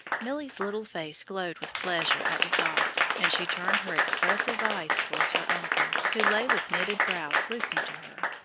milly's little face glowed with pleasure at the thought, and she turned her expressive eyes toward her uncle, who lay with knitted brows listening to her.